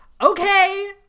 Okay